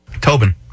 Tobin